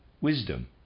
Wisdom